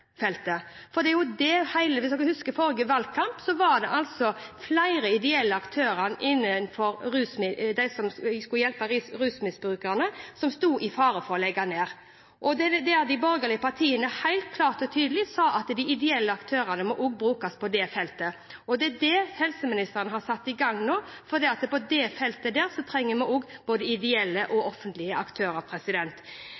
flere ideelle aktører innenfor rus – de som skal hjelpe rusmisbrukerne – som sto i fare for å måtte legge ned. De borgerlige partiene sa da helt klart og tydelig at de ideelle aktørene også må brukes på det feltet. Det er det helseministeren har satt i gang nå, fordi vi på det feltet også trenger både ideelle og offentlige aktører. At helseministeren har inngått en lengre avtale, ja det får en spørre helseministeren om. For meg har det vært viktig at vi